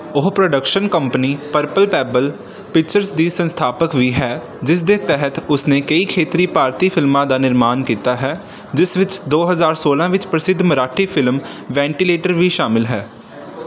ਉਹ production company purple pebble pictures ਦੀ ਸੰਸਥਾਪਕ ਵੀ ਹੈ ਜਿਸ ਦੇ ਤਹਿਤ ਉਸਨੇ ਕਈ ਖੇਤਰੀ ਭਾਰਤੀ ਫਿਲਮਾਂ ਦਾ ਨਿਰਮਾਣ ਕੀਤਾ ਹੈ ਜਿਸ ਵਿੱਚ ਦੋ ਹਜ਼ਾਰ ਸੋਲ਼੍ਹਾਂ ਵਿੱਚ ਪ੍ਰਸਿੱਧ ਮਰਾਠੀ ਫਿਲਮ ਵੈਂਟੀਲੇਟਰ ਵੀ ਸ਼ਾਮਲ ਹੈ